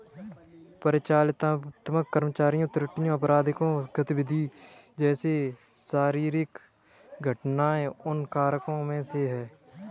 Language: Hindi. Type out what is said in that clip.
परिचालनात्मक कर्मचारी त्रुटियां, आपराधिक गतिविधि जैसे शारीरिक घटनाएं उन कारकों में से है